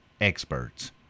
experts